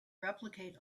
replicate